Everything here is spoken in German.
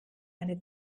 eine